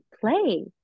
play